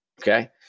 Okay